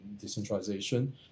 decentralization